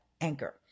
Anchor